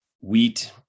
wheat